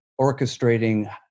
orchestrating